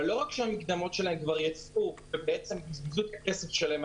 אבל לא רק שהמקדמות שלהם כבר יצאו ובזבזו את הכסף שלהם,